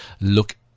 look